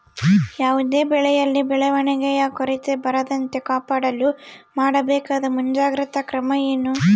ಯಾವುದೇ ಬೆಳೆಯಲ್ಲಿ ಬೆಳವಣಿಗೆಯ ಕೊರತೆ ಬರದಂತೆ ಕಾಪಾಡಲು ಮಾಡಬೇಕಾದ ಮುಂಜಾಗ್ರತಾ ಕ್ರಮ ಏನು?